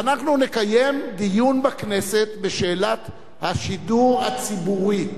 שאנחנו נקיים דיון בכנסת בשאלת השידור הציבורי.